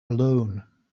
alone